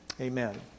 Amen